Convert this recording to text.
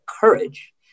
courage